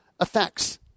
effects